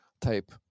type